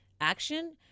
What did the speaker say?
action